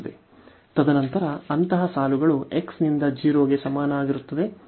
ತದನಂತರ ಅಂತಹ ಸಾಲುಗಳು x ನಿಂದ 0 ಗೆ ಸಮನಾಗಿರುತ್ತದೆ ಮತ್ತು x 1 ಕ್ಕೆ ಸಮಾನವಾಗಿರುತ್ತದೆ